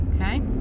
Okay